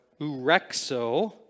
urexo